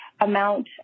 amount